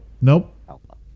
Nope